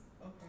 Okay